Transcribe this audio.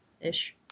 Ish